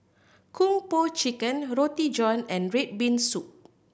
Kung Po Chicken Roti John and red bean soup